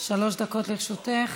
שלוש דקות לרשותך.